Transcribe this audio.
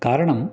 कारणं